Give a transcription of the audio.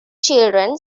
children